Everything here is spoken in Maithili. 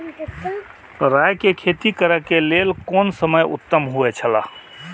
राय के खेती करे के लेल कोन समय उत्तम हुए छला?